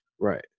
Right